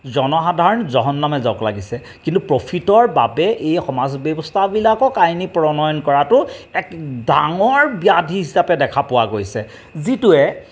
জনসাধাৰণ জহন্নামে যাওক লাগিছে কিন্তু প্ৰফিটৰ বাবে এই সমাজ ব্যৱস্থাবিলাকক আইনী প্ৰণয়ন কৰাতো এক ডাঙৰ ব্যাধি হিচাপে দেখা পোৱা গৈছে যিটোৱে